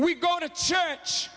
we go to church